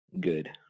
good